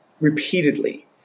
Repeatedly